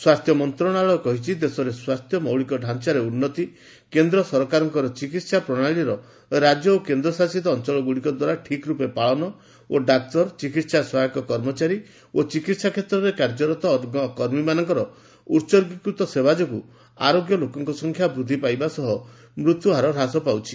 ସ୍ୱାସ୍ଥ୍ୟ ମନ୍ତ୍ରଣାଳୟ କହିଛି ଦେଶରେ ସ୍ୱାସ୍ଥ୍ୟ ମୌଳିକ ଢ଼ାଞ୍ଚାରେ ଉନ୍ନତି କେନ୍ଦ୍ର ସରକାରଙ୍କ ଚିକିତ୍ସା ପ୍ରଣାଳୀର ରାଜ୍ୟ ଓ କେନ୍ଦ୍ରଶାସିତ ଅଞ୍ଚଳଗୁଡ଼ିକ ଦ୍ୱାରା ଠିକ୍ ରୂପେ ପାଳନ ଓ ଡାକ୍ତର ଚିକିତ୍ସା ସହାୟକ କର୍ମଚାରୀ ଓ ଚିକିତ୍ସା କ୍ଷେତ୍ରରେ କାର୍ଯ୍ୟରତ ଅନ୍ୟ କର୍ମୀମାନଙ୍କ ଉତ୍ସର୍ଗୀକୃତ ସେବା ଯୋଗୁଁ ଆରୋଗ୍ୟ ଲୋକଙ୍କ ସଂଖ୍ୟା ବୃଦ୍ଧି ପାଇବା ସହ ମୃତ୍ୟୁହାର ହ୍ରାସ ପାଉଛି